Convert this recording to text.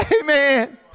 Amen